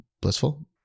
Blissful